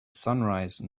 sunrise